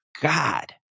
God